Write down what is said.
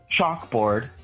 chalkboard